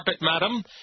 madam